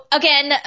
again